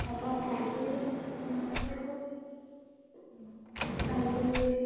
hello ਹਾਂਜੀ ਨਮਸਤੇ sir ਹਾਂਜੀ